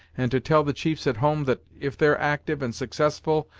and to tell the chiefs at home that, if they're actyve and successful,